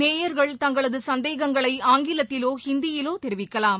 நேயர்கள் தங்களது சந்தேகங்களை ஆங்கிலத்திலோ ஹிந்தியிலோ தெரிவிக்கலாம்